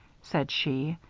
said she.